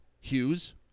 Hughes